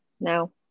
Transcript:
no